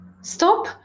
Stop